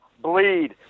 bleed